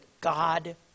God